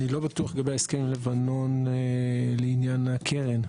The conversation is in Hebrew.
אני לא בטוח לגבי ההסכם עם לבנון לעניין הקרן.